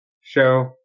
show